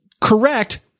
correct